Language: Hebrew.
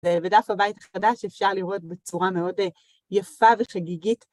בדף הבית החדש, אפשר לראות בצורה מאוד יפה וחגיגית.